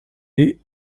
est